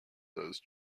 those